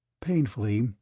Painfully